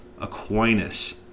Aquinas